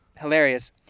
hilarious